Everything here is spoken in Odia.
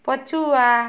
ପଛୁଆ